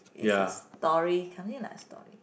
it's a story something like a story